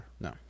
No